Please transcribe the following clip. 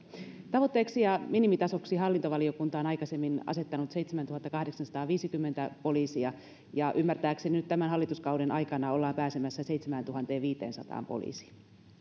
tavoitteeksi ja minimitasoksi hallintovaliokunta on aikaisemmin asettanut seitsemäntuhattakahdeksansataaviisikymmentä poliisia ja ymmärtääkseni nyt tämän hallituskauden aikana ollaan pääsemässä seitsemääntuhanteenviiteensataan poliisiin